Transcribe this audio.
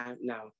no